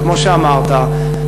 כמו שאמרת,